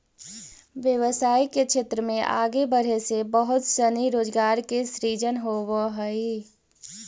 व्यवसाय के क्षेत्र में आगे बढ़े से बहुत सनी रोजगार के सृजन होवऽ हई